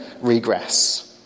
regress